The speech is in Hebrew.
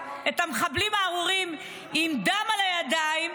מחבלים ארורים עם דם על הידיים,